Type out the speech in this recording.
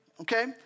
Okay